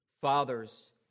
fathers